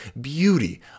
beauty